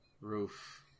Roof